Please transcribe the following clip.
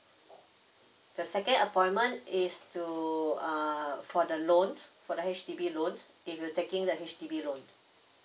the second appointment is to uh for the loan for the H_D_B loan if you taking the H_D_B loan